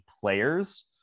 players